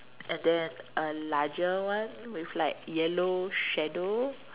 and then a larger one with like yellow shadow